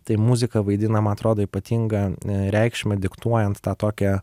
tai muzika vaidina man atrodo ypatingą reikšmę diktuojant tą tokią